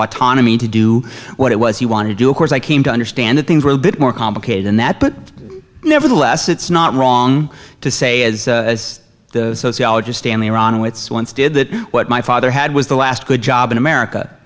autonomy to do what it was you want to do of course i came to understand that things were a bit more complicated than that but nevertheless it's not wrong to say as sociologist stanley aronowitz once did that what my father had was the last good job in america